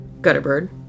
Gutterbird